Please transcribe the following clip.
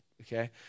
okay